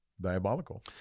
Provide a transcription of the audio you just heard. diabolical